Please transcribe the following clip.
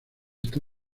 está